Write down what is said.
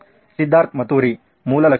ಸಿದ್ಧಾರ್ಥ್ ಮತುರಿ ಮೂಲ ಲಕ್ಷಣಗಳು